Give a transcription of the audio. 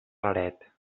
raret